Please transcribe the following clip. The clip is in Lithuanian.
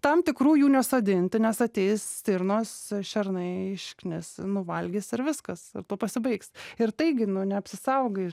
tam tikrų jų nesodinti nes ateis stirnos šernai išknis nuvalgys ir viskas tuo pasibaigs ir tai gi nu neapsisaugai